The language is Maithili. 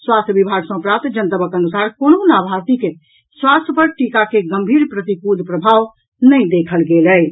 स्वास्थ्य विभाग सँ प्राप्त जनतबक अनुसार कोनहुँ लाभार्थी के स्वास्थ्य पर टीका के गम्भीर प्रतिकूल प्रभाव नहि देखल गेल अछि